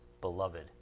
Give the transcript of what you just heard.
Beloved